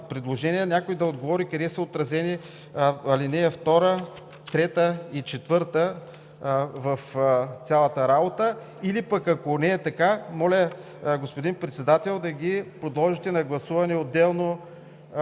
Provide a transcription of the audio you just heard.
някой да отговори къде са отразени алинеи 2, 3 и 4 в цялата работа или пък, ако не е така, моля, господин Председател, да ги подложите на гласуване отделно,